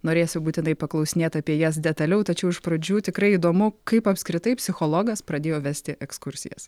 norėsiu būtinai paklausinėt apie jas detaliau tačiau iš pradžių tikrai įdomu kaip apskritai psichologas pradėjo vesti ekskursijas